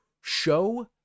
Show